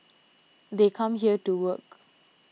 they come here to work